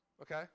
okay